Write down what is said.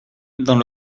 dans